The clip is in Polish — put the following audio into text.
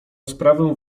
sprawę